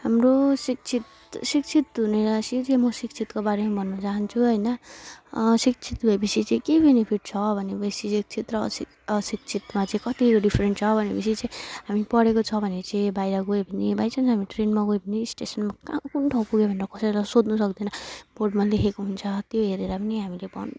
हाम्रो शिक्षित शिक्षित हुनेलाई शिक्षित म शिक्षितको बारेमा भन्नु चहान्छु होइन शिक्षित भएपछि चाहिँ के बेनिफिट छ भनेपछि चाहिँ शिक्षित र अ अशिक्षितमा चाहिँ कतिको डेफरेन्ट छ भनेपछि चाहिँ हामी पढेको छ भने चाहिँ बाहिर गयो भने बाई चान्स हामी ट्रेनमा गयो भने स्टेसनमा कहाँ कुन ठाउँ पुग्यो भनेर कसैलाई सोध्नु सक्दैन बोर्डमा लेखेको हुन्छ त्यो हेरेर पनि हामीले भन्